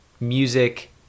music